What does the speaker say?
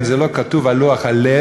אם זה לא כתוב על לוח הלב,